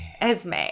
Esme